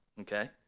Okay